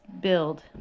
build